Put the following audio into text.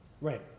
right